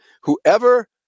whoever